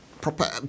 proper